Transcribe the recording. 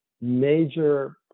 major